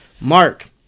Mark